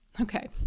Okay